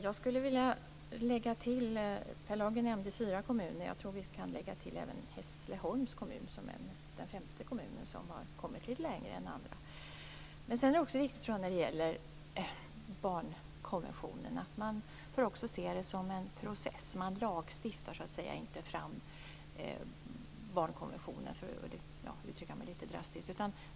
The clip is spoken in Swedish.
Herr talman! Per Lager nämnde fyra kommuner. Jag tror att vi kan lägga till Hässleholms kommun, som är en femte kommun som har kommit litet längre än andra. När det gäller barnkonventionen är det viktigt att man ser arbetet som en process. För att uttrycka mig litet drastiskt kan jag säga att man inte lagstiftar fram barnkonventionen.